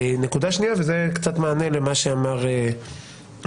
נקודה שנייה, וזה קצת מענה למה שאמר צביקה.